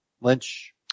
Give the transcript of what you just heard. Lynch